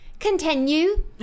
Continue